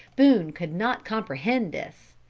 boone could not comprehend this.